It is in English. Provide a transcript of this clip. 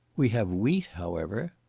we have wheat, however.